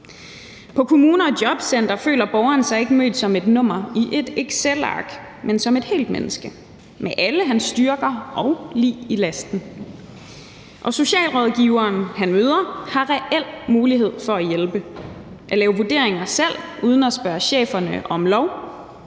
På kommuner og jobcentre føler borgeren sig ikke mødt som et nummer i et excelark, men som et helt menneske med alle hans styrker og lig i lasten. Og socialrådgiveren, han møder, har reel mulighed for at hjælpe, at lave vurderinger selv uden at spørge cheferne om lov,